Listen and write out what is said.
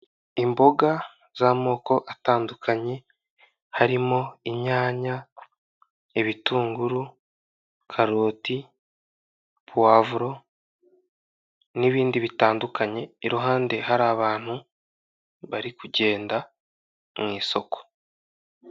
Imboga z'amoko atandukanye harimo inyanya, ibitunguru, karoti, puwavuro n'ibindi bitandukanye, iruhande hari abantu bari kugenda mu isoko.